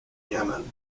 yemen